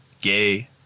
gay